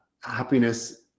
happiness